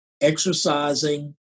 exercising